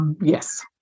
Yes